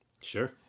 Sure